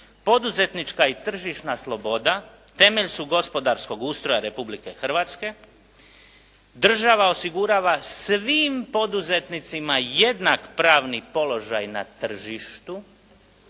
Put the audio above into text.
poduzetnička i tržišna sloboda temelj su gospodarskog ustroja Republike Hrvatske, država osigurava svim poduzetnicima jednak pravni položaj na tržištu.